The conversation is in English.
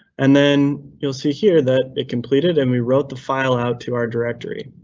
and then you'll see here that it completed, and we wrote the file out to our directory,